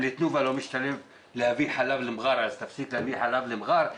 אם לתנובה לא משתלם להביא חלב למראר אז היא תפסיק להביא חלב למראר?